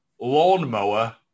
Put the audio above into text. Lawnmower